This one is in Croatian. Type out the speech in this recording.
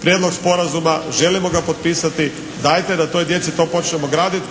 prijedlog sporazuma. Želimo ga potpisati. Dajte da to djeci to počnemo graditi,